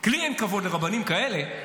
כי לי אין כבוד לרבנים כאלה,